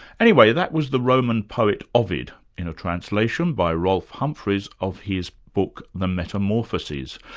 anyway, that was the roman poet ovid, in a translation by rolfe humphries of his book the metamorphoses,